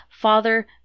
father